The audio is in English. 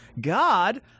God